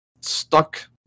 stuck